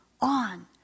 on